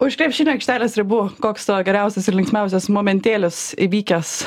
už krepšinio aikštelės ribų koks tavo geriausias ir linksmiausias momentėlis įvykęs